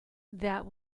that